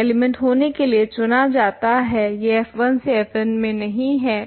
element होने के लिए चुना जाता है यह f1 से fन में नहीं है